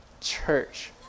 church